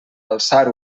alçar